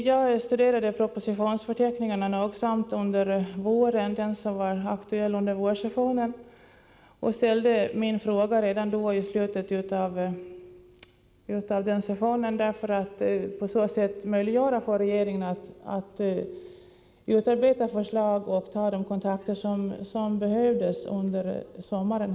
Jag studerade propositionsförteckningen noggrant under den gångna våren och ställde min fråga redan i slutet av förra sessionen för att på så sätt möjliggöra för regeringen att under sommaren utarbeta förslag och ta nödvändiga kontakter.